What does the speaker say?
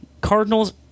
Cardinals